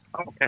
Okay